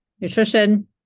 nutrition